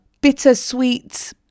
bittersweet